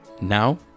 Now